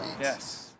Yes